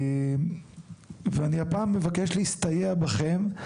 ואני הפעם מבקש להסתייע בכם,